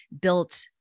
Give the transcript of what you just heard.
built